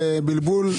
זה בלבול.